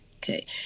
Okay